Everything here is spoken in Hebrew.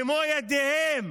במו ידיהם